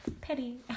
Petty